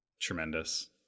Tremendous